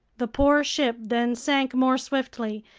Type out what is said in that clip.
the poor ship then sank more swiftly.